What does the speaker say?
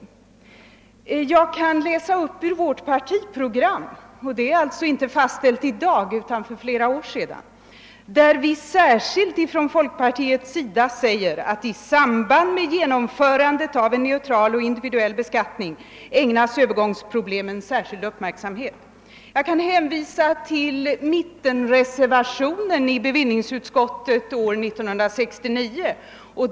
Ur folkpartiets program, som fastställts för flera år sedan och inte nu, kan jag läsa upp en passus, där vi särskilt yttrar att »i samband med genomförandet av en central och individuell beskattning ägnas övergångsproblemen särskild uppmärksamhet». Jag kan vidare hänvisa till mittenreservationen i bevillningsutskottet år 1969.